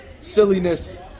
silliness